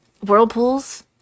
whirlpools